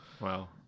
Wow